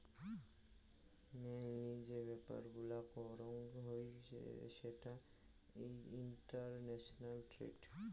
মাংনি যে ব্যাপার গুলা করং হই সেটা ইন্টারন্যাশনাল ট্রেড